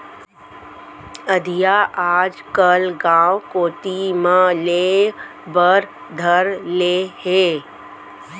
अधिया आजकल गॉंव कोती म लेय बर धर ले हें